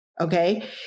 okay